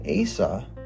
Asa